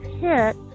hit